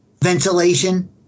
ventilation